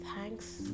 thanks